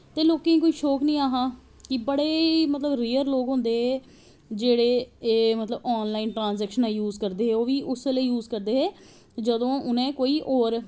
ते लोकें गी कोई शौक नी ऐहा बड़े रेयर लोग होंदे हे जेह्ड़े मतलव ऑन लाईन ट्रासैक्शन यूज़ करदे हो ओह् बी उसलै यूज़ करदे हे जदूं उनैं कोई होर